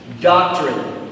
doctrine